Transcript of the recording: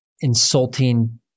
insulting